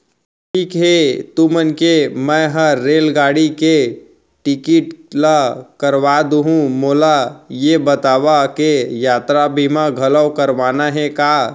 ठीक हे तुमन के मैं हर रेलगाड़ी के टिकिट ल करवा दुहूँ, मोला ये बतावा के यातरा बीमा घलौ करवाना हे का?